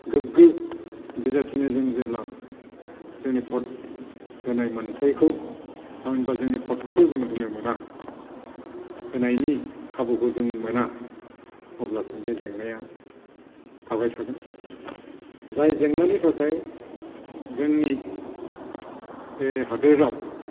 गोग्गो बिजाथिनो जों जेब्ला जोंनि भट होनाय मोनथायखौ थामहिनबा जोंनि भटखौ जों होनो मोना होनायनि खाबुखौ जों मोना अब्लासिम बे जेंनाया थाबाय थागोन जाय जेंनानि थाखाय जोंनि बे हादोराव